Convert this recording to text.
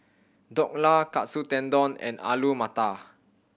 Dhokla Katsu Tendon and Alu Matar